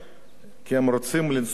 כי הם רוצים לנסוע לשם,